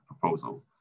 proposal